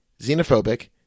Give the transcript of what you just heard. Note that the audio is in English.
xenophobic